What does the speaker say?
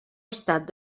estat